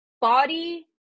body